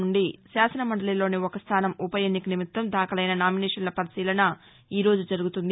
నుండి శాసన మండలిలోని ఒక స్థానం ఉపఎన్నిక నిమిత్తం దాఖలైన నామినేషన్ల పరిశీలన ఈరోజు జరుగుతుంది